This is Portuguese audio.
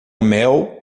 mel